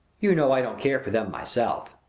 you know i don't care for them myself.